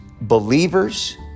believers